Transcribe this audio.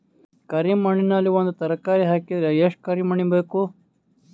ಕರಿ ಮಣ್ಣಿನಲ್ಲಿ ಒಂದ ತರಕಾರಿ ಹಾಕಿದರ ಎಷ್ಟ ಕರಿ ಮಣ್ಣು ಬೇಕು?